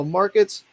markets